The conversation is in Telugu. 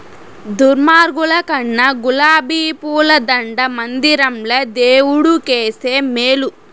దుర్మార్గుల కన్నా గులాబీ పూల దండ మందిరంల దేవుడు కేస్తే మేలు